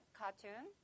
cartoon